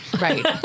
right